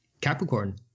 Capricorn